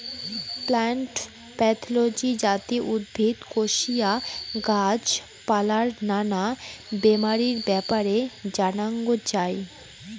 plant pathology যাতি উদ্ভিদ, কোশিয়া, গাছ পালার নানা বেমারির ব্যাপারে জানাঙ যাই